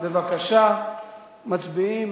בבקשה, מצביעים.